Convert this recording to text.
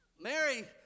Mary